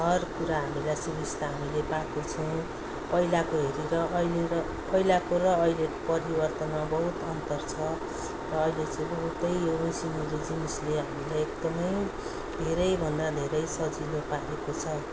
हर कुरा हामीलाई सुविस्ता हामीले पाको छौँ पैलाको हेरेर ऐले र पैलाको र ऐलेको परिवर्तनमा बहुत अन्तर छ ऐले चै बहुतै यो मिसिनहरू जीनिसले हामीलाई एकदमै धेरै भन्दा धेरै सजिलो पारेको छ